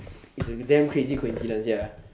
it's a damn crazy coincidence ya